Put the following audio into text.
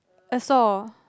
a saw